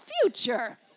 future